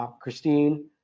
Christine